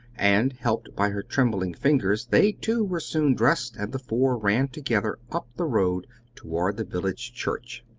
and, helped by her trembling fingers, they, too, were soon dressed, and the four ran together up the road toward the village church.